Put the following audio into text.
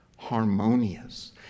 harmonious